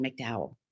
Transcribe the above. McDowell